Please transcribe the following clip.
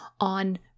on